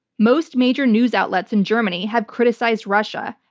most major news outlets in germany have criticized russia,